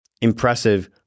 impressive